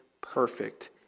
perfect